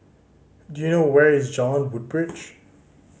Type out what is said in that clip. do you know where is Jalan Woodbridge